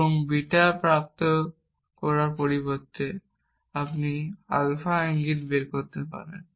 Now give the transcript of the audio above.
এবং বিটা প্রাপ্ত করার পরিবর্তে আপনি আলফা ইঙ্গিত বিটা বের করতে পারেন